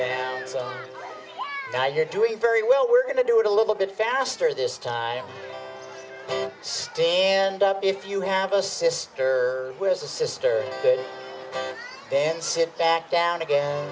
down now you're doing very well we're going to do it a little bit faster this time sting and if you have a sister who was a sister then sit back down again